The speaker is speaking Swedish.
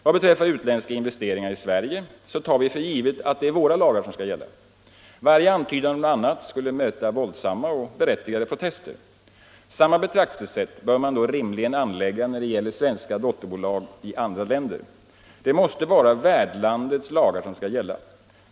Vad beträffar utländska investeringar i Sverige tar vi för givet att det är våra lagar som skall gälla. Varje antydan om något annat skulle möta våldsamma och berättigade protester. Samma betraktelsesätt bör man då rimligen anlägga när det gäller svenska dotterbolag i andra länder. Det måste vara värdlandets lagar som skall gälla.